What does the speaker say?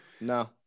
No